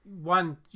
one